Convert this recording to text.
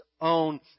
own